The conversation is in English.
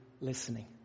listening